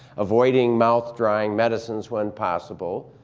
avoiding mouth-drying medicines when possible,